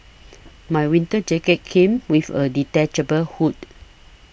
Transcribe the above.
my winter jacket came with a detachable hood